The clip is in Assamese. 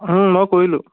অঁ মই কৰিলোঁ